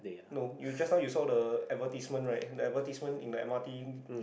no you just now you saw the advertisement right the advertisement in the m_r_t